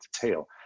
detail